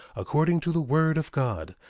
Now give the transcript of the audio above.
according to the word of god,